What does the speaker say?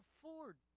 afford